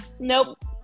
nope